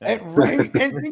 right